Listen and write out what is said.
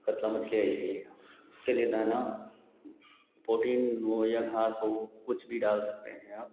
कतला मछली ऐसी ही है उसके लिए दाना पोटीन हो या घास हो कुछ भी डाल सकते हैं आप